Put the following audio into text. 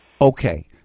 Okay